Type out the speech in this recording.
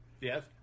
Yes